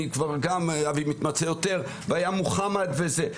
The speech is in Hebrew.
אבי מתמצה יותר והיה מוחמד וזה,